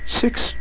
six